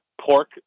pork